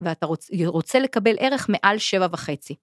ואתה רוצה לקבל ערך מעל שבע וחצי.